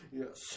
yes